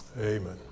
Amen